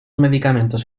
medicamentos